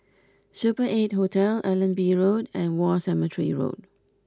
Super Eight Hotel Allenby Road and War Cemetery Road